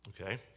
Okay